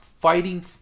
fighting